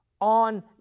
on